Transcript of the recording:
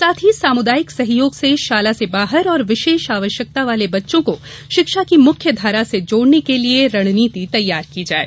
साथ ही सामुदायिक सहयोग से शाला से बाहर और विशेष आवश्यकता वाले बच्चों को शिक्षा की मुख्य धारा में जोड़ने के लिये रणनीति तैयार की जाये